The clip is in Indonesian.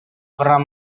pernah